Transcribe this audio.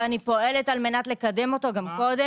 אני פועלת לקדמו גם קודם.